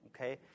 okay